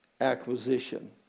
acquisition